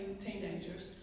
teenagers